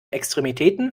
extremitäten